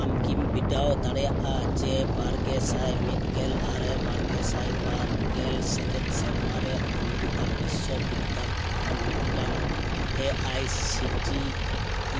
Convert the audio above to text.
ᱟᱢ ᱠᱤᱢ ᱵᱤᱰᱟᱹᱣ ᱫᱟᱲᱮᱭᱟᱜᱼᱟ ᱡᱮ ᱵᱟᱨᱜᱮ ᱥᱟᱭ ᱢᱤᱫ ᱜᱮᱞ ᱟᱨᱮ ᱵᱟᱨ ᱜᱮᱥᱟᱭ ᱵᱟᱨ ᱜᱮᱞ ᱥᱮᱪᱮᱫ ᱥᱮᱨᱢᱟ ᱨᱮ ᱚᱢᱨᱤᱛᱟ ᱵᱤᱥᱥᱚ ᱵᱷᱤᱫᱽᱫᱷᱟ ᱯᱮᱛᱷᱚᱢ ᱢᱤᱫᱴᱟᱝ ᱮ ᱟᱭ ᱥᱤ ᱴᱤ